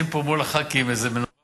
לשים פה מול הח"כים איזה מנורה